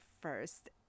first